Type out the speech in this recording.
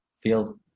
feels